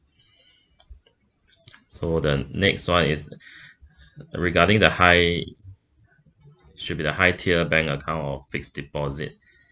so the next one is regarding the high should be the high tier bank account or fixed deposit